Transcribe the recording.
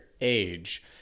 age